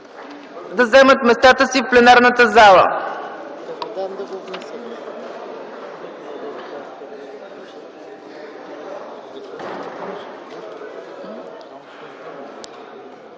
да заемат местата си в пленарната зала.